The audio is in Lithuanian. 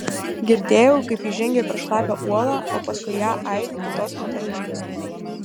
girdėjau kaip ji žengia per šlapią uolą o paskui ją aidi kitos moters žingsniai